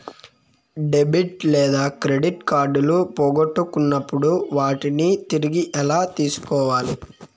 debit లేదా credit కార్డులు పోగొట్టుకున్నప్పుడు వాటిని తిరిగి ఎలా తీసుకోవాలి